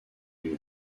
lyon